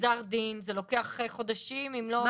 לגזר דין, זה לוקח חודשים אם לא שנים.